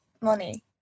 money